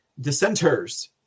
dissenters